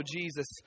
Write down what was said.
Jesus